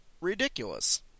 ridiculous